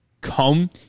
come